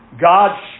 God